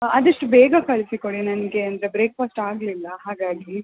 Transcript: ಆದಷ್ಟು ಬೇಗ ಕಳಿಸಿಕೊಡಿ ನನಗೆ ಅಂದರೆ ಬ್ರೇಕಫಾಸ್ಟ್ ಆಗಲಿಲ್ಲ ಹಾಗಾಗಿ